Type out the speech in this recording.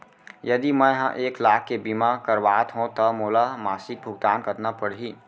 यदि मैं ह एक लाख के बीमा करवात हो त मोला मासिक भुगतान कतना पड़ही?